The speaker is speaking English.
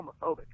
homophobic